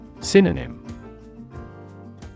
Synonym